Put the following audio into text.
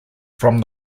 from